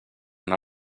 anar